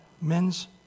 men's